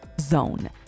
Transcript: .zone